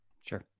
Sure